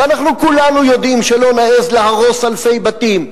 ואנחנו כולנו יודעים שלא נעז להרוס אלפי בתים.